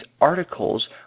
articles